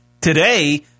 today